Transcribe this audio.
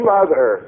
Mother